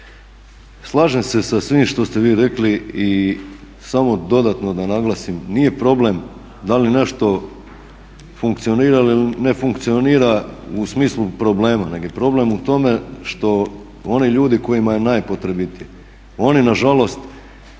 Slažem se sa svim što ste vi rekli i samo dodatno da naglasim nije problem da li nešto funkcionira ili ne funkcionira u smislu problema, nego je problem u tome što oni ljudi kojima je najpotrebitije oni na žalost